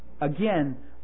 again